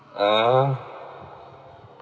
uh